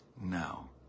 now